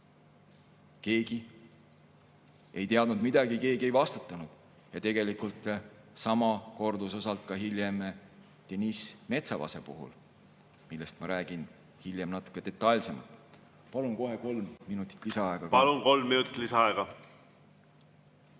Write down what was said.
Keegi ei teadnud midagi, keegi ei vastutanud. Ja tegelikult sama kordus osalt hiljem Deniss Metsavase puhul, millest ma räägin hiljem natuke detailsemalt. Palun kohe kolm minutit lisaaega. Palun, kolm minutit lisaaega!